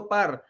Par